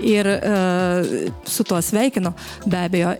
ir su tuo sveikinu be abejo